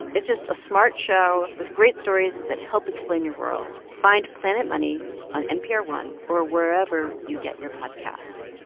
it's just a smart show with great stories that help explain your world. find planet money on npr one or wherever you get your podcasts